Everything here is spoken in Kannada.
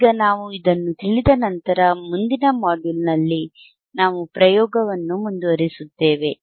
ಈಗ ನಾವು ಇದನ್ನು ತಿಳಿದ ನಂತರ ಮುಂದಿನ ಮಾಡ್ಯೂಲ್ನಲ್ಲಿ ನಾವು ಪ್ರಯೋಗವನ್ನು ಮುಂದುವರಿಸುತ್ತೇವೆ